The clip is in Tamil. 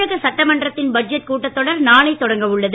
தமிழக சட்டமன்றத்தின் பட்ஜெட் கூட்டத்தொடர் நாளை தொடங்க உள்ளது